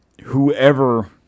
whoever